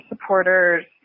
supporters